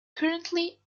currently